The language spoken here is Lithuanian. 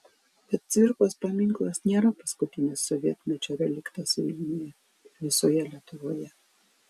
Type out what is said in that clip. bet cvirkos paminklas nėra paskutinis sovietmečio reliktas vilniuje ir visoje lietuvoje